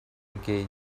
gate